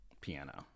Piano